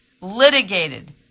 litigated